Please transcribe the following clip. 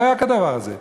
לא היה כדבר הזה.